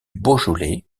beaujolais